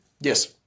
Yes